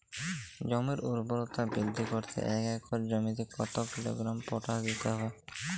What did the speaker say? জমির ঊর্বরতা বৃদ্ধি করতে এক একর জমিতে কত কিলোগ্রাম পটাশ দিতে হবে?